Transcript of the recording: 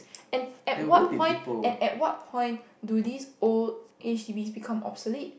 and at what point at at what point do these old H_D_Bs become obsolete